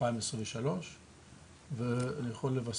פחם זול אני מבין, אבל למה גז יקר?